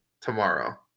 tomorrow